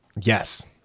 Yes